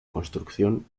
construcción